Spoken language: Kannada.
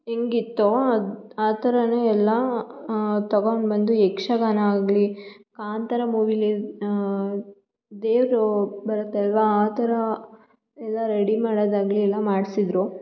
ಹೆಂಗಿತ್ತೋ ಅದು ಆ ಥರವೇ ಎಲ್ಲ ತಗೊಂಡು ಬಂದು ಯಕ್ಷಗಾನ ಆಗಲಿ ಕಾಂತಾರ ಮೂವಿಲಿ ದೇವರು ಬರುತ್ತಲ್ವಾ ಆ ಥರ ಎಲ್ಲ ರೆಡಿ ಮಾಡೋದಾಗಲಿ ಎಲ್ಲ ಮಾಡಿಸಿದ್ರು